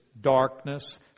Darkness